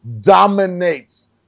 dominates